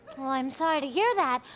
well, i'm sorry to hear that.